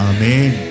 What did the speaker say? Amen